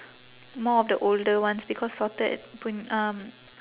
more of the older ones because sorted pun~ um